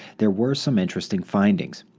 there were some interesting findings.